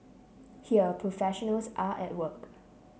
here professionals are at work